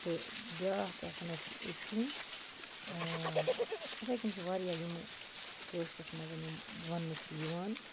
تہٕ بیٛاکھ کیٛاہ سا نا چھِ أتھی اِتھَے کٔنۍ چھُ وارِیاہ یِمہٕ کٲشرِس منٛز یِم ونٛنہٕ چھِ یِوان